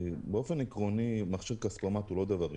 באופן עקרוני מכשיר כספומט הוא לא דבר רווחי.